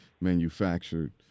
manufactured